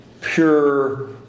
pure